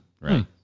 right